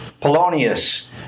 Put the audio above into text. Polonius